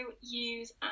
use